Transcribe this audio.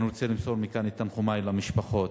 אני רוצה למסור מכאן את תנחומי למשפחות.